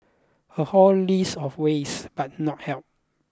a whole list of ways but not help